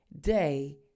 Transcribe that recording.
day